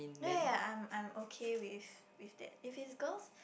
ya ya ya I'm I'm okay with with that if it's girls